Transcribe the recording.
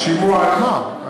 שימוע על מה?